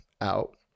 out